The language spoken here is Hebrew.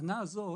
הטענה הזאת